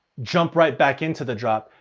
jumped right back into the drop,